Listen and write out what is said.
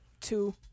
two